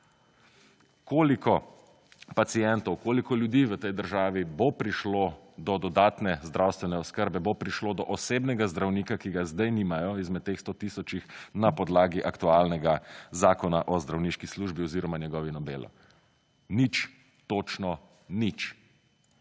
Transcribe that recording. Koliko pacientov, koliko ljudi v tej državi bo prišlo do dodatne zdravstvene oskrbe bo prišlo do osebnega zdravnika, ki ga sedaj nimajo izmed teh 100 tisočih na podlagi aktualnega Zakon o zdravniški službo oziroma njegovo delo? Nič, točno nič.